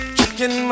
Chicken